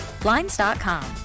Blinds.com